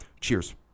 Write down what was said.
Cheers